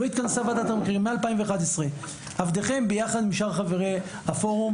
ועדת המחירים לא התכנסה משנת 2011. עבדכם יחד עם שאר חברי הפורום,